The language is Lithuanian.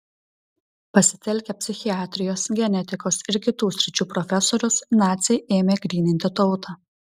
pasitelkę psichiatrijos genetikos ir kitų sričių profesorius naciai ėmė gryninti tautą